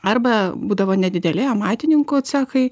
arba būdavo nedideli amatininkų cechai